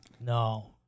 No